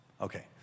Okay